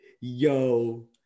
yo